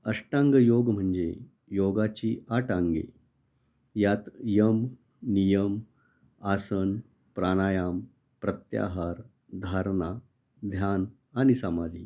अष्टांग योग म्हणजे योगाची आठ अंगे यात यम नियम आसन प्राणायाम प्रत्याहार धारणा ध्यान आणि समाधी